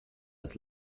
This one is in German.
des